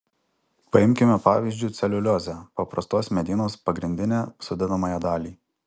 paimkime pavyzdžiu celiuliozę paprastos medienos pagrindinę sudedamąją dalį